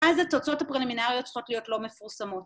‫אז התוצאות הפרלמינריות ‫צריכות להיות לא מפורסמות.